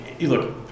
look